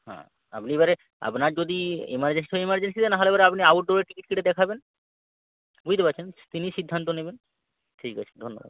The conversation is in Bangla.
হ্যাঁ আপনি এবারে আপনার যদি এমার্জেন্সি হয় এমার্জেন্সিতে নাহলে এবারে আপনি আউটডোরে টিকিট কেটে দেখাবেন বুঝতে পারছেন তিনি সিদ্ধান্ত নেবেন ঠিক আছে ধন্যবাদ